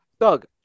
Doug